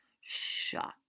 Shut